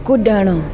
कुॾणु